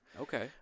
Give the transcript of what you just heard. Okay